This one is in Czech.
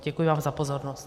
Děkuji vám za pozornost.